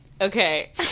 Okay